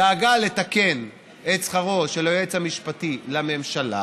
דאגה לתקן את שכרו של היועץ המשפטי לממשלה